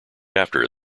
after